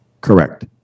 correct